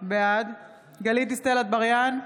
בעד גלית דיסטל אטבריאן,